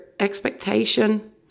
expectation